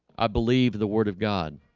i believe the word of god